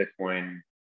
Bitcoin